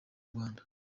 rwanda